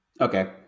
Okay